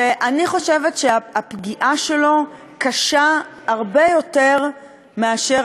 שאני חושבת שהפגיעה שלו קשה הרבה יותר מאשר